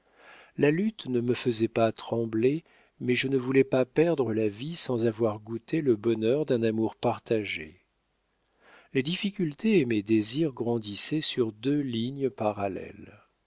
la lutte ne me faisait pas trembler mais je ne voulais pas perdre la vie sans avoir goûté le bonheur d'un amour partagé les difficultés et mes désirs grandissaient sur deux lignes parallèles